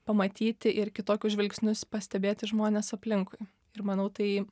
pamatyti ir kitokius žvilgsnius pastebėti žmones aplinkui ir manau tai